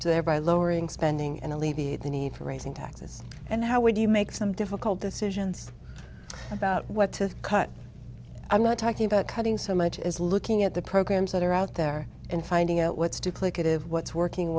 thereby lowering bending and alleviate the need for raising taxes and how would you make some difficult decisions about what to cut i'm not talking about cutting so much as looking at the programs that are out there and finding out what's duplicative what's working